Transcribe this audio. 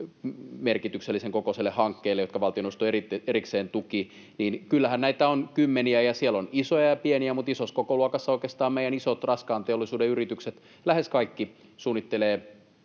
merkityksellisen kokoiselle hankkeelle, joita valtioneuvosto erikseen tuki. Kyllähän näitä on kymmeniä, ja siellä on isoja ja pieniä, mutta isossa kokoluokassa oikeastaan meidän isot raskaan teollisuuden yritykset, lähes kaikki, suunnittelevat